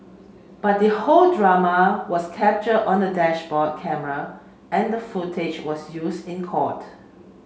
but the whole drama was capture on a dashboard camera and the footage was use in court